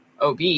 OB